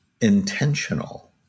intentional